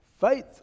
Faith